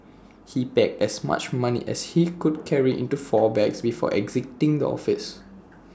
he packed as much money as he could carry into four bags before exiting the office